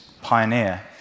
pioneer